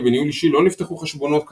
בניהול אישי לא נפתחו חשבונות "קסטודיאן"